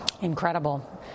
Incredible